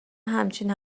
همچین